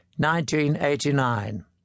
1989